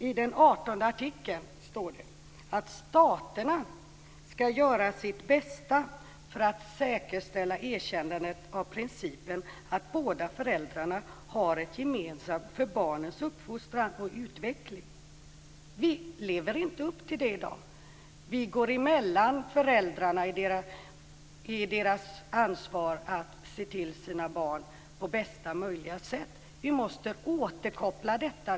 I artikel 18 står det att staterna skall göra sitt bästa för att säkerställa erkännandet av principen att båda föräldrarna har ett gemensamt ansvar för barnens uppfostran och utveckling. Vi lever inte upp till det i dag. Vi går emellan föräldrarna i deras ansvar att se till sina barn på bästa möjliga sätt. Vi måste återkoppla detta.